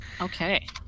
Okay